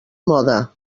moda